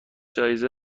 جایزه